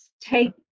Take